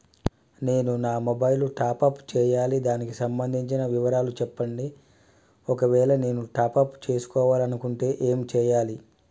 నేను నా mobile top up చేయాలి దానికి సంబంధించిన వివరాలు చెప్పండి ఒకవేళ నేను టాప్ చేసుకోవాలనుకుంటే ఏం చేయాలి?